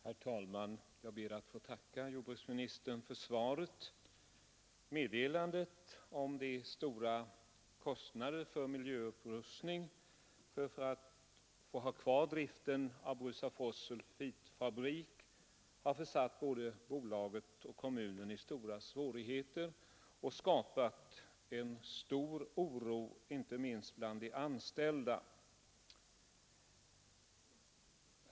Herr talman! Jag ber att få tacka jordbruksministern för svaret. Meddelandet om de stora kostnader som krävs för miljöupprustning för att få ha kvar driften av Brusafors sulfitfabrik har försatt både bolaget och kommunen i stora svårigheter och skapat stor oro, inte minst bland de anställda.